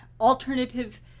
alternative